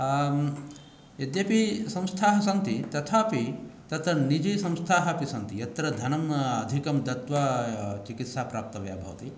आम् यद्यपि संस्था सन्ति तथापि तत्र निधिसंस्था अपि सन्ति यत्र धनम् अधिकं दत्वा चिकित्सा प्राप्तव्या भवति